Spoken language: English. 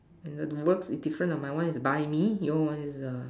and the words is different lah my one is buy me your one is err